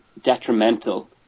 detrimental